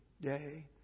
day